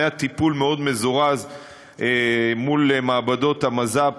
היה טיפול מאוד מזורז מול מעבדות המז"פ